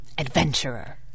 adventurer